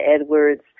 Edwards